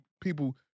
people